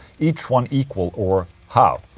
each one equal or how?